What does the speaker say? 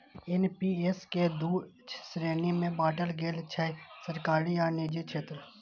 NPS कें दू श्रेणी मे बांटल गेल छै, सरकारी आ निजी क्षेत्र